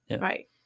right